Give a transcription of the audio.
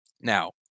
Now